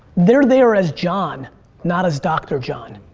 they're there as john not as dr. john.